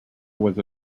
was